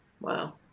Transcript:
Wow